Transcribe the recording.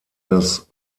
das